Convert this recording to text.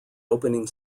opening